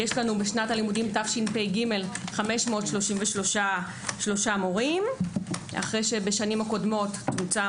בשנת הלימודים תשפ"ג יש 533 מורים אחרי שבשנים קודמות צומצם